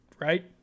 Right